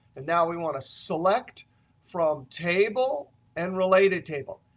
and now we want to select from table and related table.